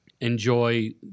enjoy